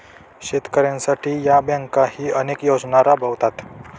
शेतकऱ्यांसाठी या बँकाही अनेक योजना राबवतात